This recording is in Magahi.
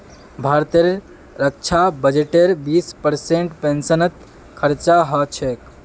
भारतेर रक्षा बजटेर बीस परसेंट पेंशनत खरचा ह छेक